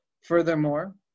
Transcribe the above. Furthermore